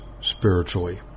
Spiritually